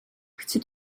chci